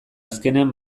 azkenean